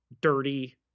dirty